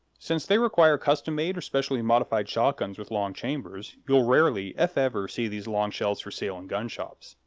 since they require custom-made or specially-modified shotguns with long chambers, you'll rarely if ever see these long shells for sale in gun shops.